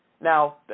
Now